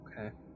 Okay